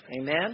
Amen